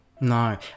no